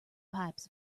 pipes